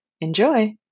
Enjoy